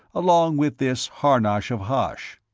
along with this harnosh of hosh.